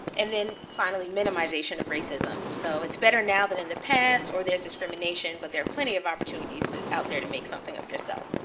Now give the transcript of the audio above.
and then finally, minimization of racism. so it's better now than in the past, or there's discrimination, but there are plenty of opportunities out there to make something of yourself.